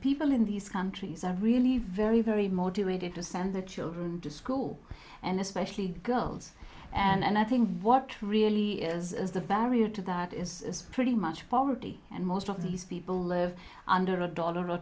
people in these countries are really very very motivated to send their children to school and especially girls and i think what really is the barrier to that is pretty much polity and most of these people live under a dollar or